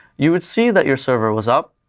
you would see that your server was up,